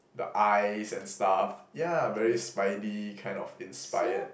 the eyes and stuff ya very spidey kind of inspired